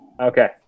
Okay